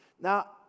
Now